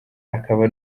akaba